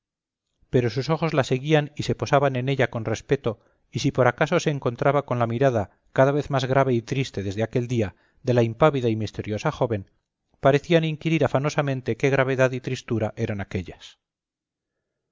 pero sus ojos la seguían y se posaban en ella con respeto y si por acaso se encontraba con la mirada cada vez más grave y triste desde aquel día de la impávida y misteriosa joven parecían inquirir afanosamente qué gravedad y tristura eran aquéllas